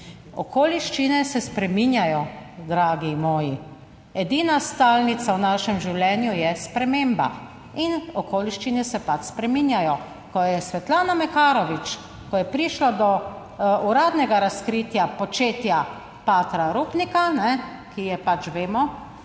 Okoliščine se spreminjajo, dragi moji. Edina stalnica v našem življenju je sprememba in okoliščine se pač spreminjajo. Ko je Svetlana Makarovič, ko je prišlo do uradnega razkritja početja patra Rupnika, ki je pač, vemo,